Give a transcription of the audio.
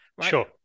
Sure